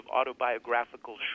autobiographical